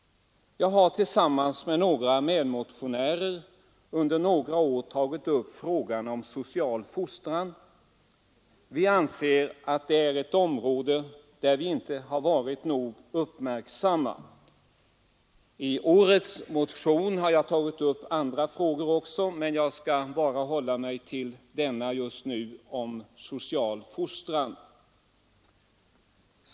Jag har tillsammans med några medmotionärer under några år tagit upp frågan om social fostran. Vi anser att det är ett område där man inte varit nog uppmärksam. I årets motion har jag också tagit upp andra frågor, men jag skall just nu bara hålla mig till den om social fostran.